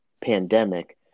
pandemic